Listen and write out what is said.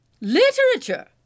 Literature